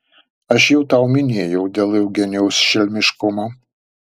aš jau tau minėjau dėl eugenijaus šelmiškumo